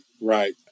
right